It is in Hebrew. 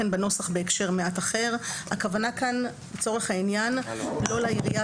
בנוסח בהקשר מעט אחר אבל הכוונה כאן לצורך העניין לא לעירייה